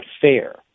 fair